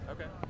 Okay